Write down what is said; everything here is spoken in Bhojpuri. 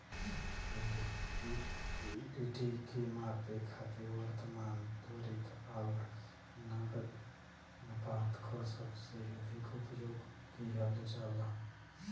लिक्विडिटी के मापे खातिर वर्तमान, त्वरित आउर नकद अनुपात क सबसे अधिक उपयोग किहल जाला